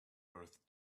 birth